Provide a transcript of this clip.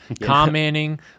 commenting